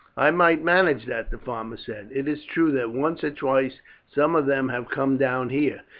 i might manage that, the farmer said. it is true that once or twice some of them have come down here.